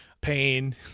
pain